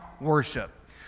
worship